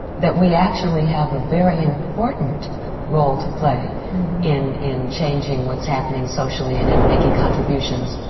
that we actually have a very important role to play in in changing what's happening socially and in making contributions,